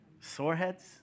Soreheads